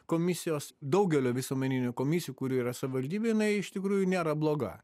komisijos daugelio visuomeninių komisijų kurių yra savivaldybėj jinai iš tikrųjų nėra bloga